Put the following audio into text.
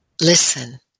Listen